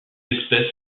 espèce